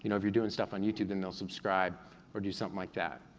you know if you're doing stuff on youtube, then they'll subscribe or do something like that.